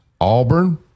Auburn